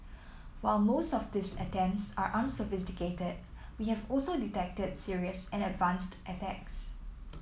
while most of these attempts are unsophisticated we have also detected serious and advanced attacks